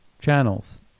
channels